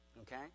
okay